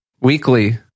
weekly